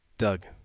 Doug